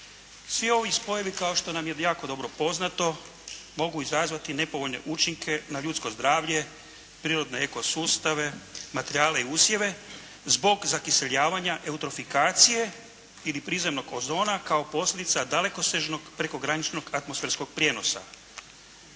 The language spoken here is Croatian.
Svi ovi spojevi kao što nam je jako dobro poznato mogu izazvati nepovoljne učinke na ljudske zdravlje, prirodne eko sustave, materijale i usjeve zbog zakiseljavanja, eutrofikacije ili prizemnog ozona kao posljedica dalekosežnog prekograničnog atmosferskog prijenosa.